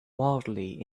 wildly